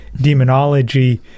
demonology